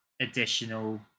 additional